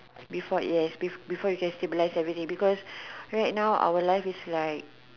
before yes be before you can stabilize everything because right now our life is like